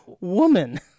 woman